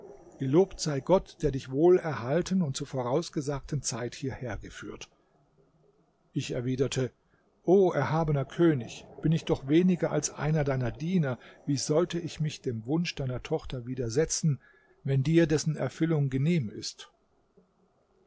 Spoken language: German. gelobt sei gott der dich wohlerhalten und zur vorausgesagten zeit hierher geführt ich erwiderte o erhabener könig bin ich doch weniger als einer deiner diener wie sollte ich mich dem wunsch deiner tochter widersetzen wenn dir dessen erfüllung genehm ist